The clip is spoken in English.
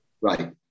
Right